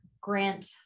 grant